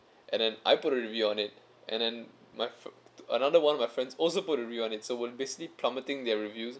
and then I put a review on it and then my another one of my friends also put the review on it so we'll basically plummeting their reviews